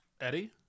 Eddie